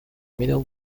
middle